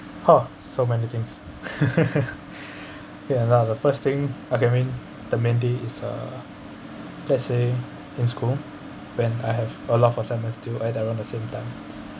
!huh! so many things ya lah the first thing okay main the mainly is uh let's say in school when I have a lot for semester at around the same time